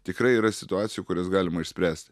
tikrai yra situacijų kurias galima išspręsti